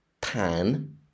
pan